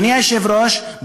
אדוני היושב-ראש,